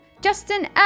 Justin